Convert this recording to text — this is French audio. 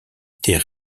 des